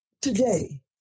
Today